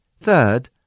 Third